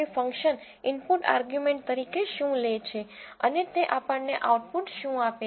csv function input argument તરીકે શું લે છે અને તે આપણને આઉટપુટ શું આપે છે